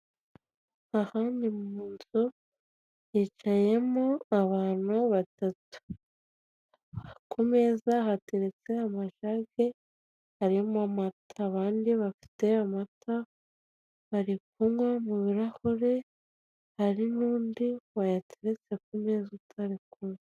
Aha ni mu nzu hicayemo abantu batatu, ku meza hateretse amajage arimo amata, abandi bafite amata bari kunywa mu birahure, hari n'undi wayateretse ku meza utari kunywa.